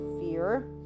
fear